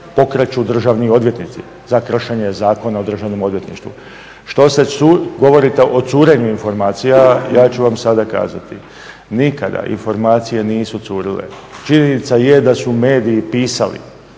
pokreću državni odvjetnici za kršenje zakona u Državnom odvjetništvu. Što se, govorite o curenju informacija, ja ću vam sada kazati. Nikada informacije nisu curile. Činjenica je da su mediji pisali,